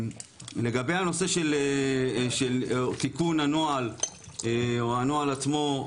לגבי הנושא של תיקון הנוהל או הנוהל עצמו,